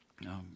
no